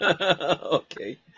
Okay